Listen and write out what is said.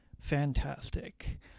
fantastic